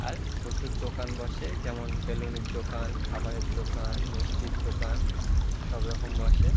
আর প্রচুর দোকান বসে যেমন বেলুনের দোকান খাবারের দোকান মিষ্টির দোকান সব রকম বসে